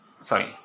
sorry